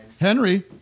Henry